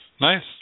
Nice